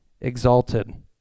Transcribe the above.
exalted